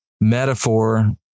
Metaphor